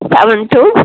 seven two